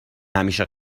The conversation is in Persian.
همیشه